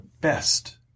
best